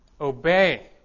obey